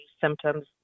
symptoms